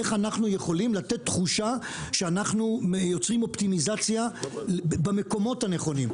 איך אנחנו יכולים לתת תחושה שאנחנו יוצרים אופטימיזציה במקומות הנכונים.